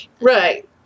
right